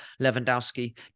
Lewandowski